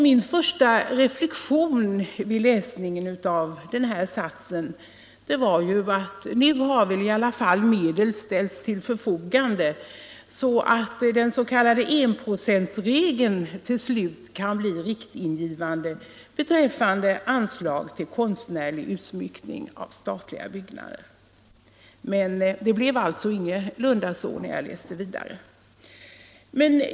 Min första reflexion vid läsningen av detta var att nu har väl medel i alla fall ställts till förfogande så att den s.k. enprocentsregeln till slut kan bli riktningsgivande beträffande anslag till konstnärlig utsmyckning av statliga byggnader. Men det blev ingalunda så.